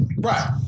Right